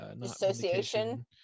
Association